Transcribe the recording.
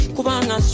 Kubanga